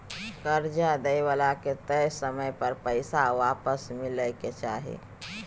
कर्जा दइ बला के तय समय पर पैसा आपस मिलइ के चाही